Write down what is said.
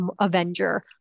Avenger